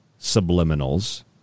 subliminals